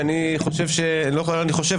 שאני חושב אני לא חושב,